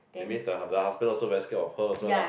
that means the the husband also very scared of her also lah